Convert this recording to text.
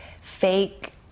fake